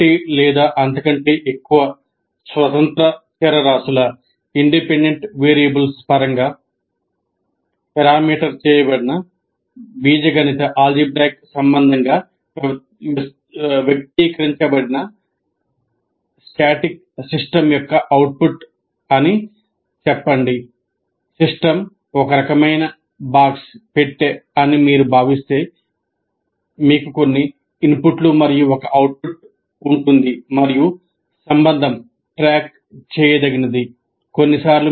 ఒకటి లేదా అంతకంటే ఎక్కువ స్వతంత్ర చరరాశుల కలిగి ఉంటారు